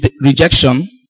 rejection